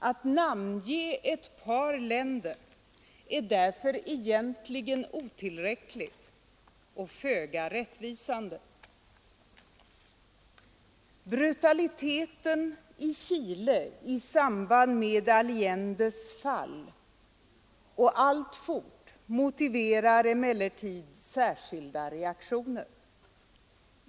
Att namnge ett par länder är därför egentligen otillräckligt och föga rättvisande. Brutaliteten i Chile i samband med Allendes fall och alltfort motiverar emellertid särskilda reaktioner.